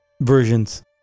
versions